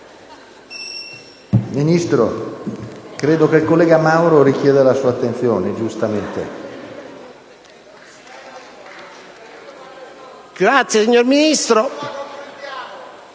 Ministro, il collega Mauro richiede la sua attenzione, giustamente. La ringrazio, signor Ministro.